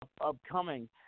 upcoming